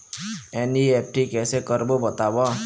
NEFT कैसे करबो बताव?